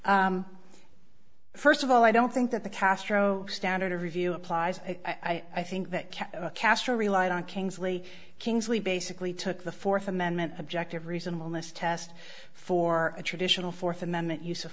first of all i don't think that the castro standard of review applies i think that castro relied on kingsley kingsley basically took the fourth amendment objective reason wellness test for a traditional fourth amendment use of